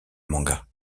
manga